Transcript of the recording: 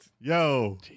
Yo